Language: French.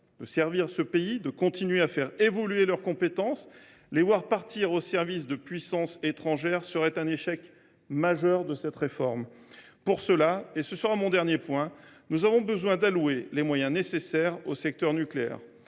servir notre pays, et de continuer à faire évoluer leurs compétences : les voir partir au service de puissances étrangères serait un échec majeur de cette réforme. Je terminerai en rappelant que nous avons besoin d’accorder les moyens nécessaires au secteur nucléaire.